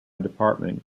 department